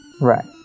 Right